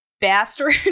bastard